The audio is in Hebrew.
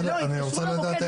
יתקשרו למוקד,